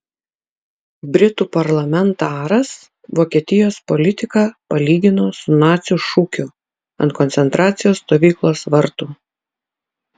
britų parlamentaras vokietijos politiką palygino su nacių šūkiu ant koncentracijos stovyklos vartų